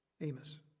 Amos